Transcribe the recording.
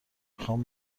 میخوام